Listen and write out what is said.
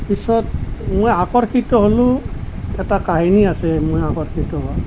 পিছত মই আকৰ্ষিত হ'লোঁ এটা কাহিনী আছে মই আকৰ্ষিত হোৱা